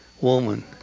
Woman